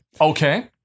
Okay